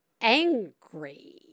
angry